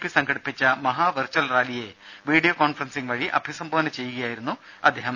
P സംഘടിപ്പിച്ച മഹാവെർച്വൽ റാലിയെ വീഡിയോ കോൺഫറൻസിങ് വഴി അഭിസംബോധന ചെയ്യുകയായിരുന്നു അദ്ദേഹം